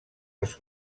els